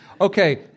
Okay